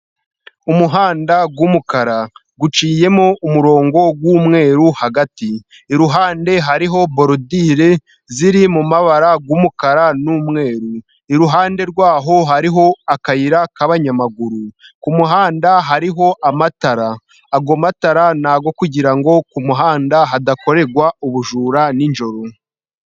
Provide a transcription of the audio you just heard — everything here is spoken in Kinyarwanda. Umuhanda w'umukara. Uciyemo umurongo w'umweru hagati. Iruhande hariho borodire ziri mu mabara y'umukara n'umweru. Iruhande rwaho hariho akayira k'abanyamaguru. Ku muhanda hariho amatara. Ayo matara nayo kugirango kumuhanda hadakorerwa ubujura ninjoro.